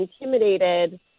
intimidated